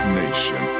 nation